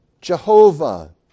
Jehovah